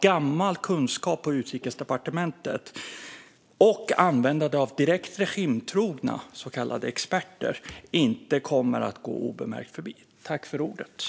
Gammal kunskap på Utrikesdepartementet och användande av direkt regimtrogna så kallade experter kommer inte att gå obemärkt förbi.